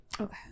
Okay